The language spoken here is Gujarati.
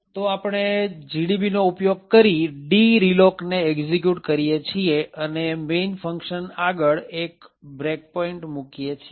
તો આપણે gdbનો ઉપયોગ કરી dreloc ને એક્ષિક્યુટ કરીએ છીએ અને main ફંક્શન આગળ એક બ્રેક પોઈન્ટ મુકીએ છીએ